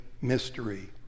mystery